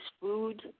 food